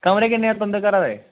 कमरे किन्ने तुंदे घरै दे